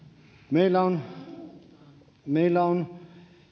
taiteeseen meillä on